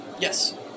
Yes